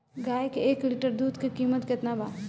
गाय के एक लीटर दुध के कीमत केतना बा?